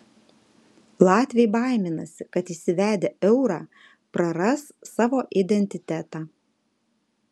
latviai baiminasi kad įsivedę eurą praras savo identitetą